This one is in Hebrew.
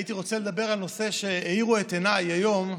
הייתי רוצה לדבר על נושא שבו האירו את עיניי היום,